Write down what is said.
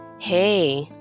Hey